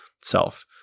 self